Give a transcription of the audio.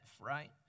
right